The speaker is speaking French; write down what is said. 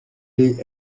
les